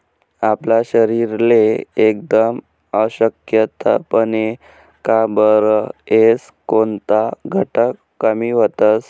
आपला शरीरले एकदम अशक्तपणा का बरं येस? कोनता घटक कमी व्हतंस?